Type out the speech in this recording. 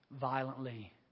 violently